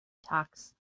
talks